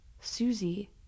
Susie